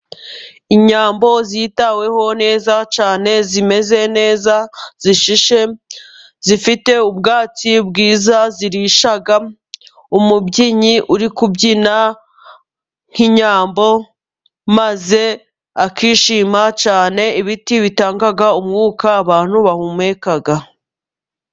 Inyambo zitaweho neza cyane, zimeze neza zishishe, zifite ubwatsi bwiza zirisha, umubyinnyi uri kubyina nk'inyambo maze akishima cyane, ibiti bitanga umwuka abantu bahumeka.